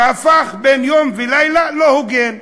שהפך בן-לילה לא הוגן?